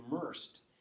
immersed